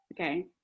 Okay